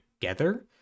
together